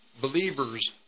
believers